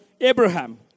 Abraham